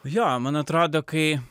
jo man atrodo kai